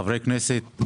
לחברי הכנסת,